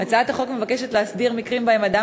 הצעת החוק מבקשת להסדיר מקרים שבהם אדם